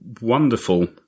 wonderful